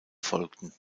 folgten